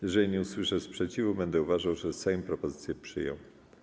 Jeżeli nie usłyszę sprzeciwu, będę uważał, że Sejm propozycję przyjął.